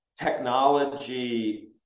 technology